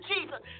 Jesus